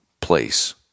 place